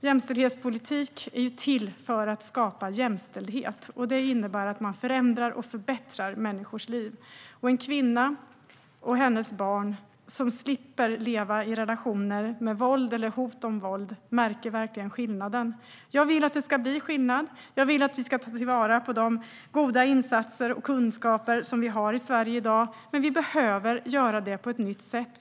Jämställdhetspolitik är till för att skapa jämställdhet. Det innebär att man förändrar och förbättrar människors liv. En kvinna och hennes barn, som slipper leva i relationer med våld eller hot om våld, märker verkligen skillnaden. Jag vill att det ska bli skillnad. Jag vill att vi ska ta till vara de goda insatser och de kunskaper som vi har i Sverige i dag. Men vi behöver göra det på ett nytt sätt.